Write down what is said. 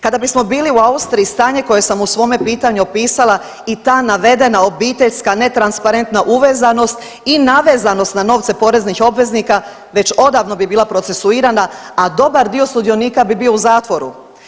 Kada bismo bilo u Austriji stanje koje sam u svome pitanju opisala i ta navedena obiteljska netransparentna uvezanost i navezanost na novce poreznih obveznika već odavno bi bila procesuirana, a dobar dio sudionika bi bio u zatvoru.